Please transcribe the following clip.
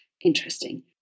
interesting